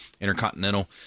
Intercontinental